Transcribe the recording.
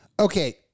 Okay